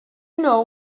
know